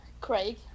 Craig